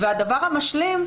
והדבר המשלים,